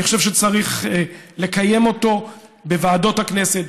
אני חושב שצריך לקיים אותו בוועדות הכנסת,